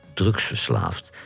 drugsverslaafd